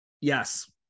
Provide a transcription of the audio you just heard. yes